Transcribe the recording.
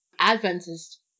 Adventist